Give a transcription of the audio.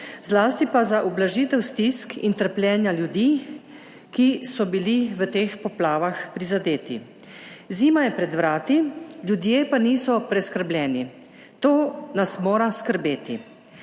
zlasti pa za ublažitev stisk in trpljenja ljudi, ki so bili v teh poplavah prizadeti. Zima je pred vrati, ljudje pa niso preskrbljeni; to nas mora skrbeti.